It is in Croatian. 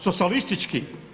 Socijalistički?